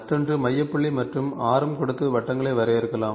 மற்றொன்று மைய புள்ளி மற்றும் ஆரம் கொடுத்து வட்டங்களை வரையறுக்கலாம்